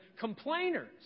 complainers